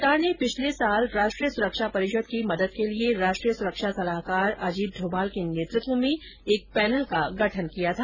सरकार ने पिछले वर्ष राष्ट्रीय सुरक्षा परिषद की मदद के लिए राष्ट्रीय सुरक्षा सलाहकार अजीत डोभाल के नेतृत्व में एक पैनल का गठन किया था